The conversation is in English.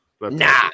Nah